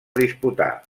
disputar